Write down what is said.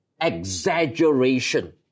exaggeration